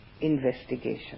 investigation